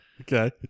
Okay